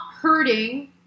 hurting